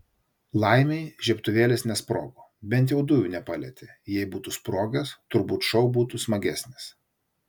laimei žiebtuvėlis nesprogo bent jau dujų nepalietė jei būtų sprogęs turbūt šou būtų smagesnis